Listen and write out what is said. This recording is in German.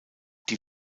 die